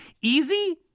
easy